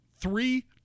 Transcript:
Three